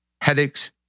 headaches